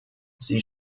sie